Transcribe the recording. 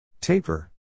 Taper